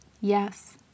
yes